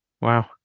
wow